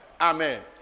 Amen